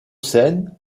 scène